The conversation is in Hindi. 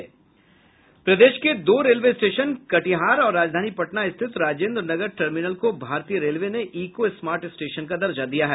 प्रदेश के दो रेलवे स्टेशन कटिहार और राजधानी पटना स्थित राजेंद्रनगर टर्मिनल को भारतीय रेलवे ने इको स्मार्ट स्टेशन का दर्जा दिया है